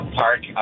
park